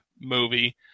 movie